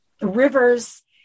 rivers